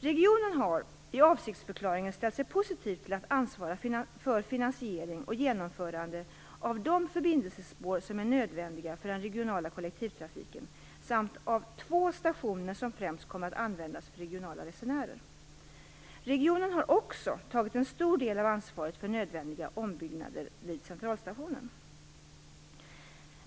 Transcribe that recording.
Regionen har i avsiktsförklaringen ställt sig positiv till att ansvara för finansiering och genomförande av de förbindelsespår som är nödvändiga för den regionala kollektivtrafiken samt av två stationer som främst kommer att användas för regionala resenärer. Regionen har också tagit en stor del av ansvaret för nödvändiga ombyggnader vid Centralstationen.